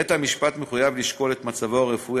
בית-המשפט מחויב לשקול את מצבו הרפואי,